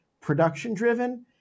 production-driven